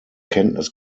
kenntnis